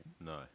No